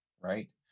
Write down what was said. right